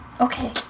Okay